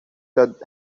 that